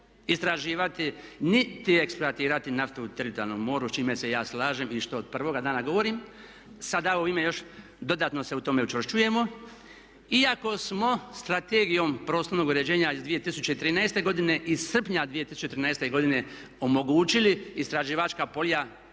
istraživati niti eksploatirati naftu u teritorijalnom moru s čime se ja slažem i što od prvoga dana govorim. Sada u ime još dodatno se u tome učvršćujemo iako smo Strategijom prostornog uređenja iz 2013. godine, iz srpnja 2013. godine omogućili istraživačka polja